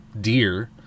deer